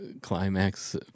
climax